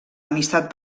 amistat